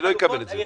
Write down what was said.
לא אקבל את זה יותר.